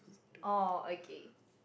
oh okay